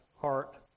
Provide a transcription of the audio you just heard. heart